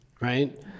right